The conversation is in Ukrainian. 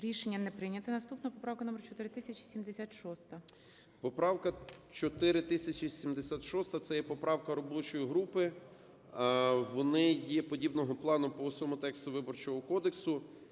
Рішення не прийнято. Наступна поправка - номер 4076. 16:46:52 СИДОРОВИЧ Р.М. Поправка 4076 - це є поправка робочої групи. Вони є подібного плану по всьому тексту Виборчого кодексу.